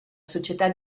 società